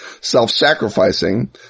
self-sacrificing